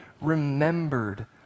remembered